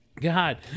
God